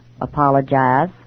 apologize